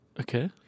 Okay